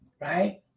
right